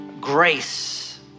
grace